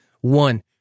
One